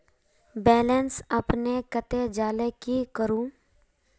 Balance अपने कते जाले की करूम?